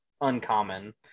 uncommon